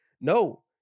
No